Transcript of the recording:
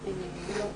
את איתנו?